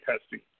testing